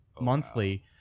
monthly